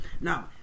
now